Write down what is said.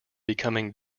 becoming